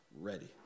ready